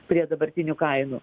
prie dabartinių kainų